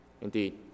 Indeed